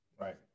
Right